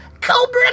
Cobra